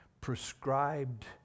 prescribed